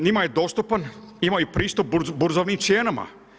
Njima je dostupan, imaju pristup burzovnim cijenama.